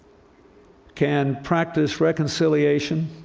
can practice reconciliation,